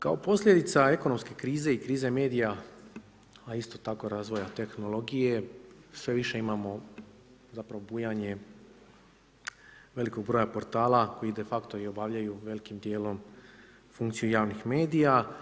Kao posljedica ekonomske krize i krize medija, a isto tako razvoja tehnologije, sve više imamo bujanje velikog broja portala koji de facto obavljaju velikim dijelom funkciju javnih medija.